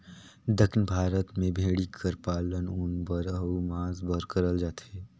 दक्खिन भारत में भेंड़ी कर पालन ऊन बर अउ मांस बर करल जाथे